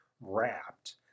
wrapped